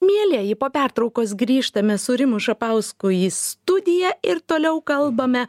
mielieji po pertraukos grįžtame su rimu šapausku į studiją ir toliau kalbame